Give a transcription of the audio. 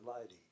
lady